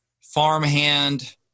farmhand